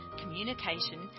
communication